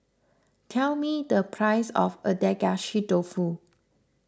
tell me the price of Agedashi Dofu